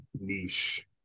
niche